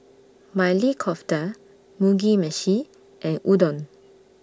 Maili Kofta Mugi Meshi and Udon